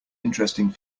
interesting